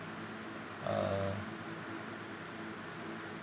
uh